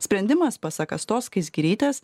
sprendimas pasak astos skaisgirytės